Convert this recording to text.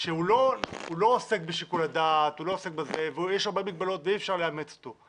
שהוא לא עוסק בשיקול הדעת ויש הרבה מגבלות ואי אפשר לאמץ אותו,